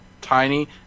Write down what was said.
tiny